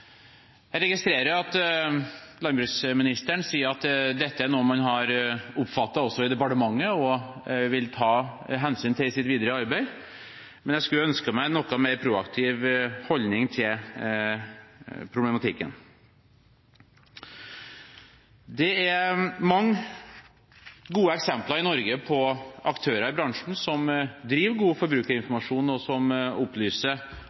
Jeg registrerer at landbruks- og matministeren sier at dette er noe man har oppfattet også i departementet og vil ta hensyn til i sitt videre arbeid, men jeg kunne ønske meg en noe mer proaktiv holdning til problematikken. Det er mange gode eksempler i Norge på aktører i bransjen som driver god forbrukerinformasjon, og som opplyser